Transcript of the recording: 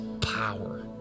power